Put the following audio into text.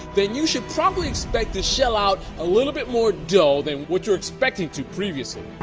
then you should probably expect to shell out a little bit more dough than what you were expecting to previously.